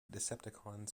decepticons